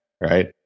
right